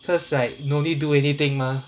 cause like no need do anything mah